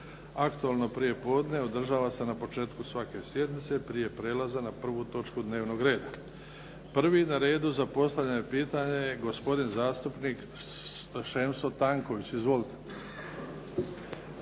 Aktualno prije podne održava se na početku svake sjednice prije prijelaza na 1. točku dnevnog reda. Prvi na redu za postavljanje pitanja je gospodin zastupnik Šemso Tanković. Izvolite.